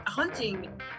Hunting